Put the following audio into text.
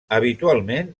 habitualment